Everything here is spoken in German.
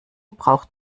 braucht